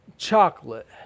chocolate